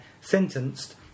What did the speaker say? sentenced